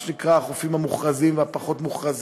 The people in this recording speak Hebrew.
מה שנקרא "החופים המוכרזים והפחות-מוכרזים",